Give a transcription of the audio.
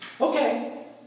Okay